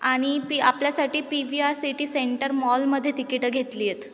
आणि पी आपल्यासाठी P V R City Centre मॉलमध्ये तिकिटं घेतली आहेत